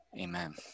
amen